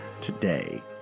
today